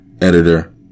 editor